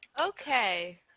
Okay